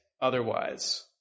otherwise